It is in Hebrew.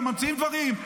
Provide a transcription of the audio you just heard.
וממציאים דברים,